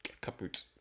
kaput